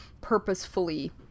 purposefully